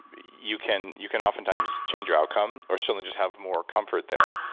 you can you can oftentimes change your outcome. or certainly just have more comfort there.